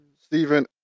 Stephen